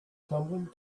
tumbling